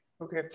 Okay